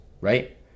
right